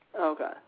Okay